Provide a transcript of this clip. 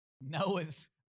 Noah's